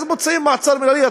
אז עוצרים במעצר מינהלי.